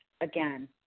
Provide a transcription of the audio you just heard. again